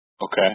Okay